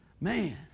Man